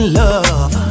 love